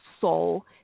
soul